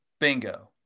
Bingo